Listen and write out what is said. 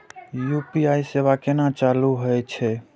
UPI सेवा केना चालू है छै?